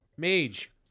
Mage